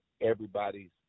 everybody's